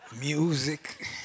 music